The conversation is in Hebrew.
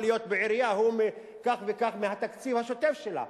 להיות בעירייה הוא כך וכך מהתקציב השוטף שלה,